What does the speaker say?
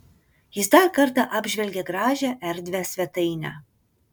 jis dar kartą apžvelgė gražią erdvią svetainę